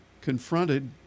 confronted